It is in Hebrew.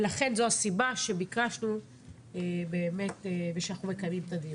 ולכן זו הסיבה שביקשנו לקיים את הדיון ושאנחנו מקיימים את הדיון.